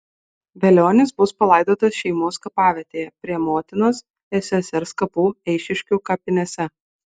velionis bus palaidotas šeimos kapavietėje prie motinos ir sesers kapų eišiškių kapinėse